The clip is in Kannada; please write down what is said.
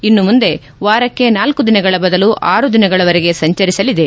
ಇನ್ನು ಮುಂದೆ ವಾರಕ್ಕೆ ನಾಲ್ಕು ದಿನಗಳ ಬದಲು ಆರು ದಿನಗಳವರೆಗೆ ಸಂಚರಿಸಲಿದೆ